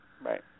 Right